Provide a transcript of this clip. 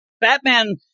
Batman